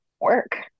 work